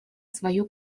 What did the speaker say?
свою